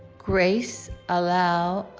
grace alao